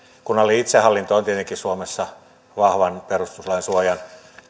kunnallinen itsehallinto on tietenkin suomessa vahvan perustuslain suojan